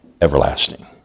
everlasting